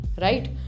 right